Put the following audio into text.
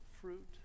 fruit